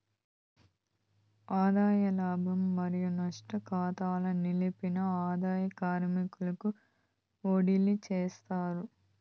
ఆదాయ లాభం మరియు నష్టం కాతాల నిలిపిన ఆదాయ కారిగాకు ఓడిలీ చేస్తారు